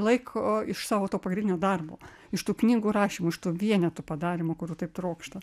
laiko iš savo to pagrindinio darbo iš tų knygų rašymų iš tų vienetų padarymo kurių taip trokšta